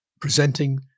presenting